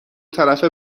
طرفه